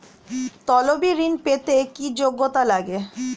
তলবি ঋন পেতে কি যোগ্যতা লাগে?